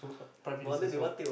prime ministers wife